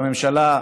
והממשלה,